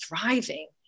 thriving